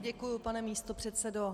Děkuji, pane místopředsedo.